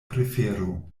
prefero